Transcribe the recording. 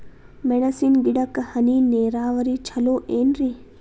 ಮೆಣಸಿನ ಗಿಡಕ್ಕ ಹನಿ ನೇರಾವರಿ ಛಲೋ ಏನ್ರಿ?